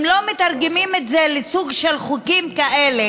אם לא מתרגמים את זה לסוג של חוקים כאלה,